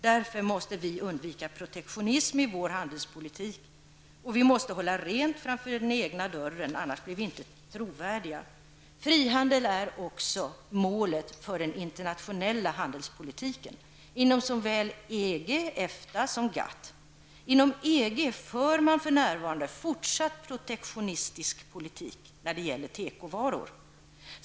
Därför måste vi undvika protektionism i vår handelspolitik, och vi måste hålla rent framför den egna dörren. Annars blir vi inte trovärdiga. Frihandel är också målet för den internationella handelspolitiken inom såväl EG, EFTA och GATT. Inom EG för man för närvarande fortsatt en fortsatt protektionistisk politik när det gäller tekovaror.